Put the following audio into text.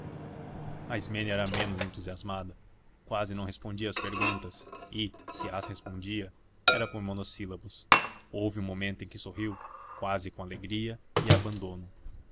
era a menos entusiasmada quase não respondia às perguntas e se as respondia era por monossílabos houve um momento em que sorriu quase com alegria e abandono